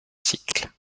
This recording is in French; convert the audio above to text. cycle